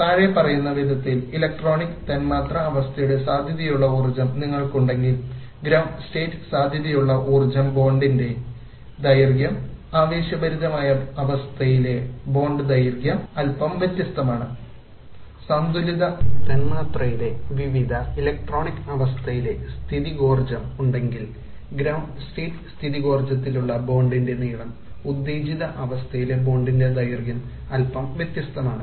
തന്മാത്രയിലെ വിവിധ ഇലക്ട്രോണിക് അവസ്ഥയിലെ സ്ഥിതികോർജം ഉണ്ടെങ്കിൽ ഗ്രൌണ്ട് സ്റ്റേറ്റ് സ്ഥിതികോർജ്ജത്തിൽ ഉള്ള ബോണ്ടന്റെ നീളം ഉത്തേജിത അവസ്ഥയിലെ ബോണ്ടന്റെ ദൈർഖ്യം അല്പം വ്യത്യസ്തമാണ്